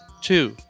Two